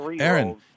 Aaron